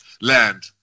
land